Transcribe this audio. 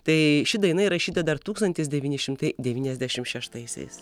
tai ši daina yra įrašyta dar tūkstantis devyni šimtai devyniasdešimt šeštaisiais